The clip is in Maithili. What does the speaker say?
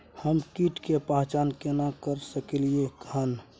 हम कीट के पहचान केना कर सकलियै हन?